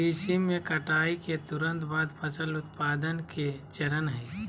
कृषि में कटाई के तुरंत बाद फसल उत्पादन के चरण हइ